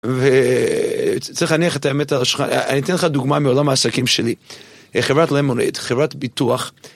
אני אתן לך דוגמה מעולם העסקים שלי, חברת למונייד, חברת ביטוח